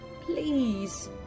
please